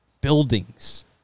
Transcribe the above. buildings